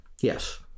Yes